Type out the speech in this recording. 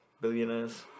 billionaires